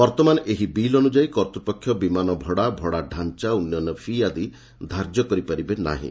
ବର୍ତ୍ତମାନ ଏହି ବିଲ୍ ଅନୁଯାୟୀ କର୍ତ୍ତୃପକ୍ଷ ବିମାନ ଭଡ଼ା ଭଡ଼ା ତାଞ୍ଚା ଉନ୍ନୟନ ଫି' ଆଦି ଧାର୍ଯ୍ୟ କରିପାରିବେ ନାହିଁ